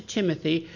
Timothy